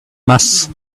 mass